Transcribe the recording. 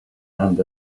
and